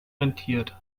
rentiert